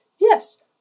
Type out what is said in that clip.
Yes